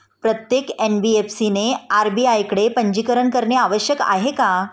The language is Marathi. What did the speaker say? प्रत्येक एन.बी.एफ.सी ने आर.बी.आय कडे पंजीकरण करणे आवश्यक आहे का?